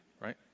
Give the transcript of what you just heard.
right